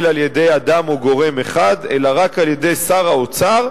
על-ידי אדם או גורם אחד אלא רק על-ידי שר האוצר,